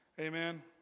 amen